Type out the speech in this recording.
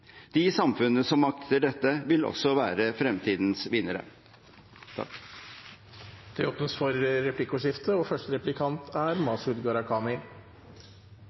De samfunnene som makter dette, vil også være fremtidens vinnere. Det blir replikkordskifte.